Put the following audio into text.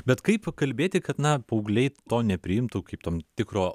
bet kaip kalbėti kad na paaugliai to nepriimtų kaip tam tikro